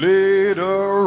Later